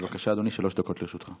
בבקשה, אדוני, שלוש דקות לרשותך.